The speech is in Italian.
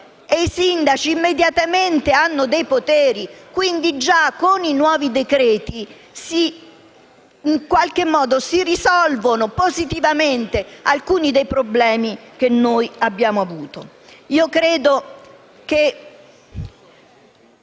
ricevono immediatamente dei poteri e, quindi, già con i nuovi decreti‑legge si risolvono positivamente alcuni dei problemi che abbiamo avuto.